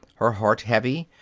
her heart heavy,